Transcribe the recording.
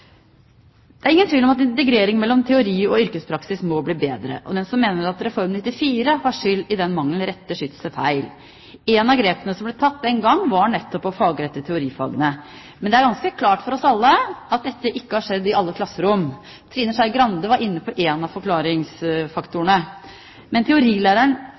Det er ingen tvil om at integreringen mellom teori og yrkespraksis må bli bedre. Den som mener at Reform 94 har skyld i denne mangelen, retter skytset feil. Et av grepene som ble tatt den gang, var nettopp å fagrette teorifagene, men det er ganske klart for oss alle at dette ikke har skjedd i alle klasserom. Trine Skei Grande var inne på en av forklaringsfaktorene, men